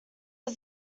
are